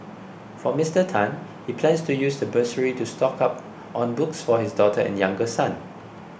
for Mister Tan he plans to use the bursary to stock up on books for his daughter and younger son